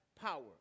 power